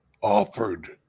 offered